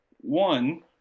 One